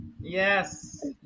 Yes